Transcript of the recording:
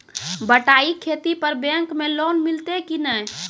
बटाई खेती पर बैंक मे लोन मिलतै कि नैय?